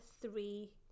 three